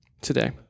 today